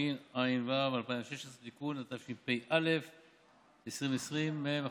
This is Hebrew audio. התשע"ו 2016 (תיקון), התשפ"א 2020, מ/1385.